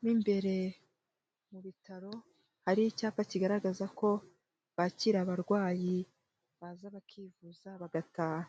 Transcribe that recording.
Mo imbere mu bitaro, hari icyapa kigaragaza ko bakira abarwayi baza bakivuza bagataha.